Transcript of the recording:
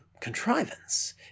contrivance